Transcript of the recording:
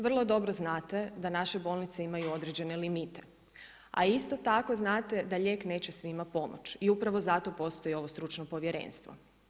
Vrlo dobro znate da naše bolnice imaju određene limite a isto tako znate da lijek neće svima pomoći i upravo zato postoji ovo stručno povjerenstvo.